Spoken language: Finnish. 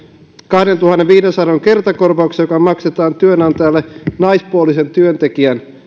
kahdentuhannenviidensadan euron kertakorvauksen joka maksetaan työnantajalle naispuolisen työntekijän